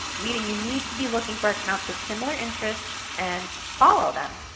meaning, you need to be looking for accounts with similar interests and follow them.